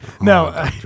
No